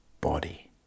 body